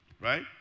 right